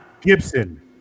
Gibson